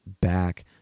back